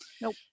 Nope